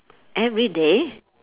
everyday